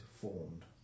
formed